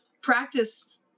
practice